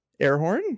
Airhorn